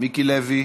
מיקי לוי,